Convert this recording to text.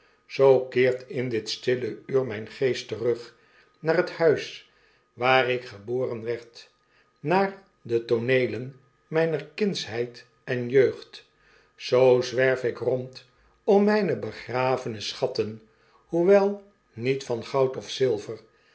zoo keert in lit stille uur mijn geesfc terug naar het huis waar ik geboren werd naar ae tooneelen mijner kindsheid en jeugd zoo zwerf ik rond om mijne begravene schatten hoewel niet van goud of zilver